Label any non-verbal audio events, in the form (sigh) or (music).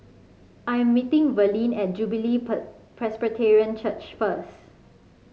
I am meeting Verlie at Jubilee (unintelligible) Presbyterian Church first